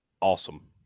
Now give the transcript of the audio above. awesome